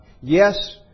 yes